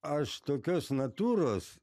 aš tokios natūros